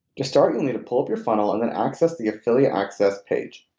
to start you'll need to pull up your funnel and then access the affiliate access page.